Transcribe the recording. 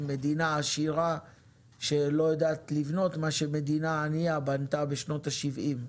מדינה עשירה שלא יודעת לבנות מה שמדינה ענייה בנתה בשנות השבעים.